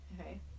okay